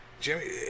Jimmy